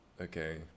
okay